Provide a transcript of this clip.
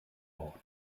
ort